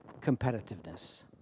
competitiveness